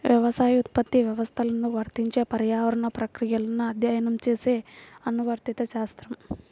వ్యవసాయోత్పత్తి వ్యవస్థలకు వర్తించే పర్యావరణ ప్రక్రియలను అధ్యయనం చేసే అనువర్తిత శాస్త్రం